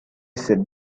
sit